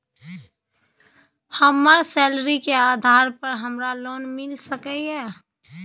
हमर सैलरी के आधार पर हमरा लोन मिल सके ये?